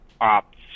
ops